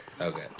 Okay